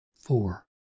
Four